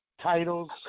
titles